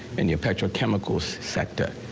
and your petrochemicals sector,